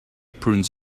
prunes